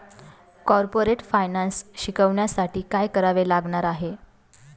Corporate finance शिकण्यासाठी काय करावे लागणार आहे?